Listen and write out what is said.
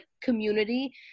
community